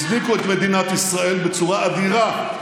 הזניקו את מדינת ישראל בצורה אדירה.